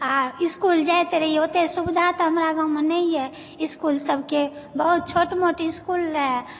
आ इस्कूल जाइत रही ओतय सुविधा तऽ हमरा गाँवमे नहिए इस्कूल सभके बहुत छोट मोट इस्कूल रहय